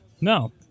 No